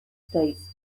states